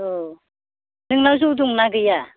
औ नोंनाव जौ दं ना गैया